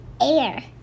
air